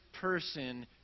person